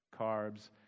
carbs